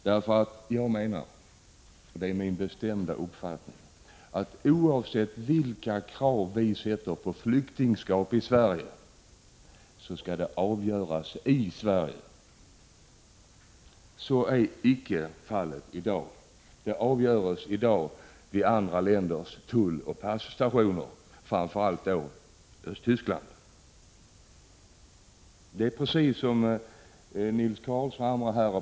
Det är nämligen min bestämda uppfattning att ansökningarna, oavsett vilka krav i fråga om flyktingskap vi ställer, skall avgöras i Sverige. Så är icke fallet i dag. De avgörs vid andra länders, framför allt då Östtysklands, tulloch passtationer.